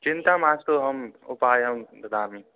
चिन्ता मास्तु अहम् उपायं ददामि